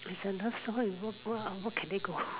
is a love story what what what can they go